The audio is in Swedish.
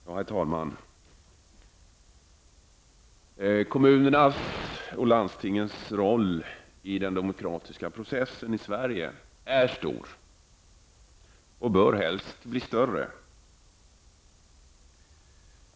Herr talman! Kommunernas och landstingens roll i den demokratiska processen i Sverige är stor, och bör helst bli ännu större.